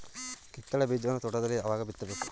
ಕಿತ್ತಳೆ ಬೀಜವನ್ನು ತೋಟದಲ್ಲಿ ಯಾವಾಗ ಬಿತ್ತಬೇಕು?